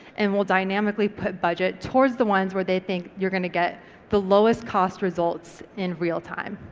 and will dynamically put budget towards the ones where they think you're gonna get the lowest cost results in real time.